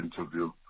interview